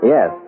Yes